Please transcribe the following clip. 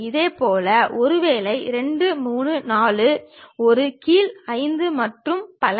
இதேபோல் 1 ஒருவேளை 2 3 4 ஒரு கீழ் 5 மற்றும் பல